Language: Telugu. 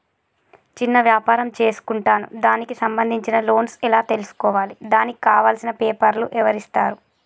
చిన్న వ్యాపారం చేసుకుంటాను దానికి సంబంధించిన లోన్స్ ఎలా తెలుసుకోవాలి దానికి కావాల్సిన పేపర్లు ఎవరిస్తారు?